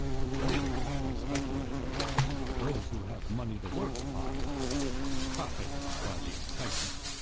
the trader and speculator and those who have money to work upon profit by the excitement.